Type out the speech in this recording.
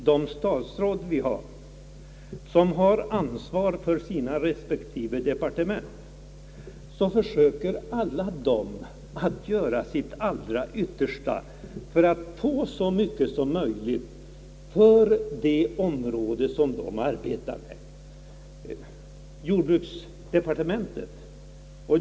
De statsråd som har ansvar för sina respektive departement försöker alla att göra sitt allra yttersta för att få så mycket pengar som möjligt för det område de arbetar med.